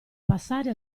passare